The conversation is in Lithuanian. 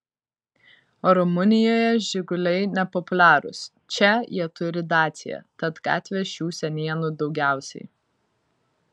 o rumunijoje žiguliai nepopuliarūs čia jie turi dacia tad gatvės šių senienų daugiausiai